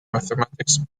mathematics